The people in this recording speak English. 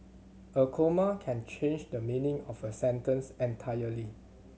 a comma can change the meaning of a sentence entirely